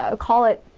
ah call it,